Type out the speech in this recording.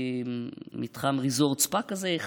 מתחם ריזורט ספא אחד,